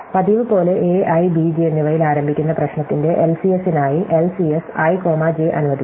പതിവുപോലെ a i b j എന്നിവയിൽ ആരംഭിക്കുന്ന പ്രശ്നത്തിന്റെ LCS നായി LCS i കോമ j അനുവദിക്കുക